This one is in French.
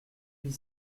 huit